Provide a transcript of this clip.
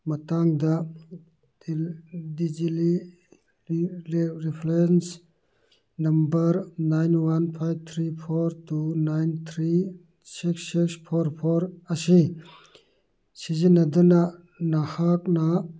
ꯃꯇꯥꯡꯗ ꯊꯤꯖꯤꯜꯂꯤ reference number nine one five three four two nine three six six four four ꯑꯁꯤ ꯁꯤꯖꯤꯟꯅꯗꯨꯅ ꯅꯍꯥꯛꯅ